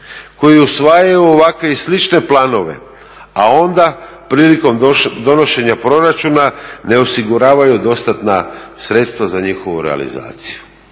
koji usvajaju ovakve i slične planove a onda prilikom donošenja proračuna ne osiguravaju dostatna sredstva za njihovu realizaciju.